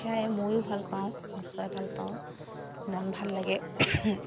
চাই ময়ো ভাল পাওঁ নাচোৱাই ভাল পাওঁ মন ভাল লাগে